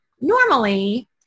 normally